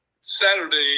Saturday